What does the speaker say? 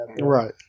Right